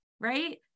right